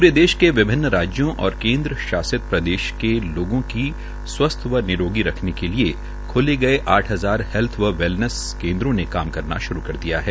pray देश के विभिन्न राज्यों और केन्द्र शासित प्रदेशों के लोगों को स्वस्थ रखने के लिये खोले गये आठ हजार हेल्थ व वेलनेस केन्द्रों ने व निरोगी काम करना श्रू कर दिया है